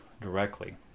directly